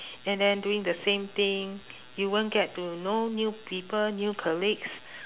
and then doing the same thing you won't get to know new people new colleagues